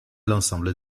l’ensemble